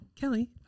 Kelly